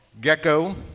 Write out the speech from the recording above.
Gecko